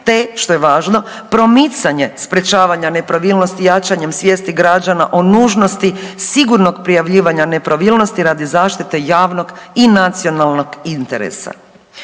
te što je važno promicanje sprječavanja nepravilnosti jačanjem svijesti građana o nužnosti sigurnog prijavljivanja nepravilnosti radi zaštite javnog i nacionalnog interesa.